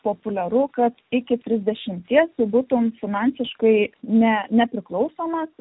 populiaru kad iki trisdešimties butų finansiškai nepriklausomas